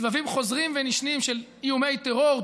סבבים חוזרים ונשנים של איומי טרור,